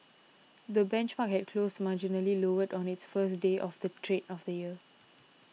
the benchmark had closed marginally lower on its first day of trade of the year